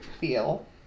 feel